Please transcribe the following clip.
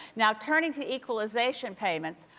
now, turning to equalization payments.